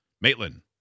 Maitland